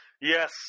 Yes